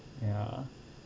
ya